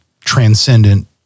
transcendent